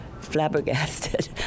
flabbergasted